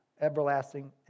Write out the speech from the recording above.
everlasting